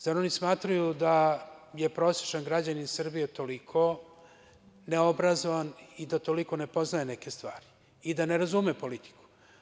Zar oni smatraju da je prosečan građanin Srbije toliko neobrazovan i da toliko ne poznaje neki stvari i da ne razume politiku?